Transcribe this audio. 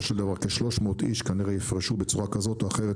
של דבר כ-300 איש כנראה יפרשו בצורה כזאת או אחרת